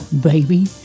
baby